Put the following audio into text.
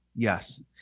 Yes